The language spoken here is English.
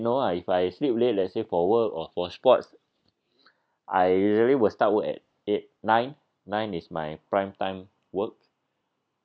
no lah if I sleep late let's say for work or for sports I usually will start work at eight nine nine is my prime time work